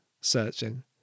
searching